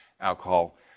alcohol